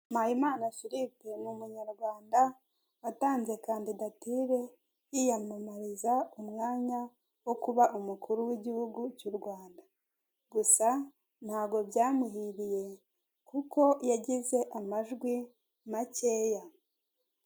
Mpayimana Philippe ni umunyarwanda watanze kandidatire yiyamamariza umwanya wo kuba umukuru y'igihugu cy'u Rwanda. Gusa ntabwo byamuhiriye kuko yagize amajwi makeya.